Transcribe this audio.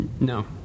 No